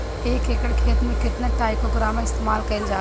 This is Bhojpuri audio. एक एकड़ खेत में कितना ट्राइकोडर्मा इस्तेमाल कईल जाला?